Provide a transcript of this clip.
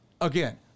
Again